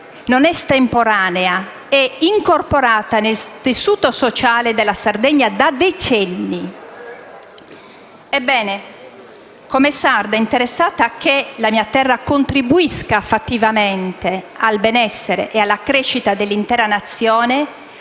ed estemporanea, ma è incorporata nel tessuto sociale della Sardegna da decenni. Ebbene, come sarda interessata a che la mia terra contribuisca fattivamente al benessere e alla crescita dell'intera Nazione,